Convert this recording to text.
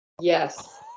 yes